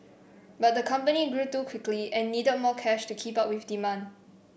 but the company grew too quickly and needed more cash to keep up with demand